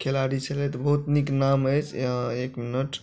खेलाड़ी छलथि बहुत नीक नाम अछि एक मिनट